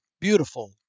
beautiful